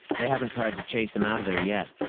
they haven't tried to chase him out of there yet.